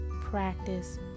practice